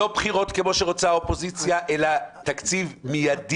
לא בחירות כמו שרוצה האופוזיציה, אלא תקציב מיידי.